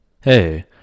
Hey